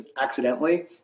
accidentally